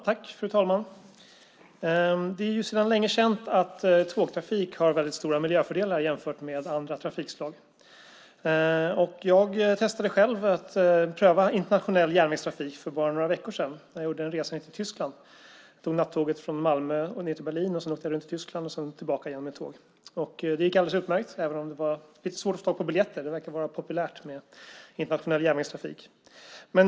Fru talman! Det är sedan länge känt att tågtrafik har väldigt stora miljöfördelar jämfört med andra trafikslag. Jag testade själv internationell järnvägstrafik för bara några veckor sedan, när jag gjorde en resa ned till Tyskland. Jag tog nattåget från Malmö till Berlin, så åkte jag runt i Tyskland och så tillbaka igen med tåg. Det gick alldeles utmärkt, även om det var lite svårt att få tag på biljetter. Det verkar vara populärt med internationell järnvägstrafik.